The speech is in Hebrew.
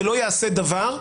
זה לא יעשה דבר.